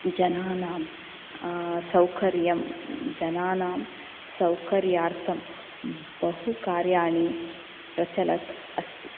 जनानां सौकर्यं जनानां सौकर्यार्थं बहु कार्याणि प्रचलत् अस्ति